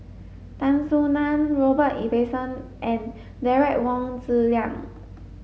Tan Soo Nan Robert Ibbetson and Derek Wong Zi Liang